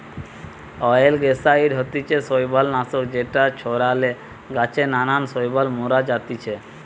অয়েলগেসাইড হতিছে শৈবাল নাশক যেটা ছড়ালে গাছে নানান শৈবাল মারা জাতিছে